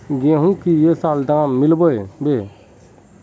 गेंहू की ये साल दाम मिलबे बे?